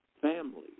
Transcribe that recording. Family